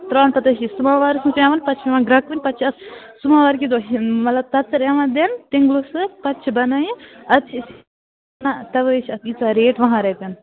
برٛونٛٹھٕس چھِ یہِ سَمَوارَس منٛز پٮ۪وان پَتہٕ چھِ یِوان گرٛٮ۪کوٕنۍ پَتہٕ چھِ اَتھ سَمَوار کہِ مطلب تَژَر یِوان دِنۍ تیٛۅنٛگلو سۭتۍ پَتہٕ چھِ بَنان یہِ اَدٕ چھِ أسۍ ونان تَوَے چھِ اَتھ ییٖژاہ ریٹ وُہَن رۄپیَن